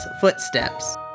footsteps